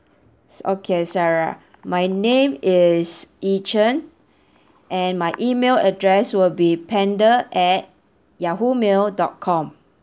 s~ okay sarah my name is yi chen and my email address will be panda at Yahoo mail dot com